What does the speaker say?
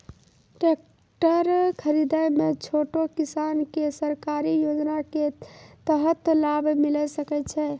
Tractor खरीदै मे छोटो किसान के सरकारी योजना के तहत लाभ मिलै सकै छै?